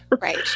Right